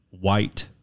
white